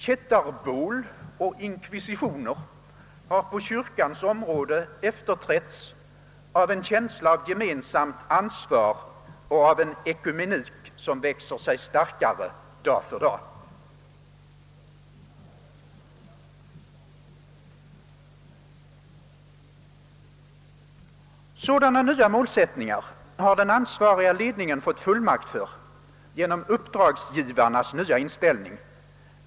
Kättarbål och inkvisitioner har på kyrkans område efterträtts av en känsla av gemensamt ansvar och av en ekumenik som växer sig starkare dag för dag. Sådana nya målsättningar har den ansvariga ledningen fått fullmakt för genom uppdragsgivarnas nya inställning.